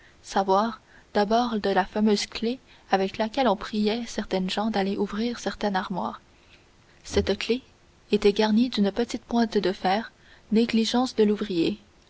savoir d'abord de la fameuse clef avec laquelle on priait certaines gens d'aller ouvrir certaine armoire cette clef était garnie d'une petite pointe de fer négligence de l'ouvrier